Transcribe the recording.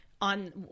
On